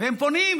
והם פונים,